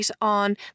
on